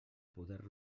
poder